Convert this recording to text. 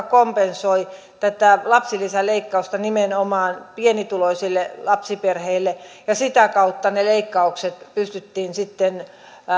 kompensoi tätä lapsilisäleikkausta nimenomaan pienituloisille lapsiperheille ja sitä kautta ne leikkaukset pystyttiin sitten